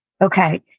Okay